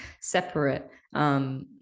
separate